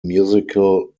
musical